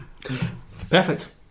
Perfect